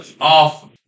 Off